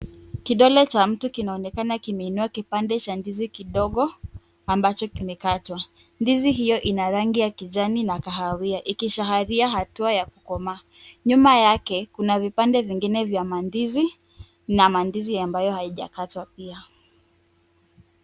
Kidole cha mtu kinaonekana kimeinua kipande cha ndizi kidogo ambacho kimekatwa. Ndizi hiyo ina rangi ya kijani na kahawia ikiashiria hatua ya kukomaa. Nyuma yake kuna vipande vingine vya mandizi na mandizi ambayo haijakatwa pia.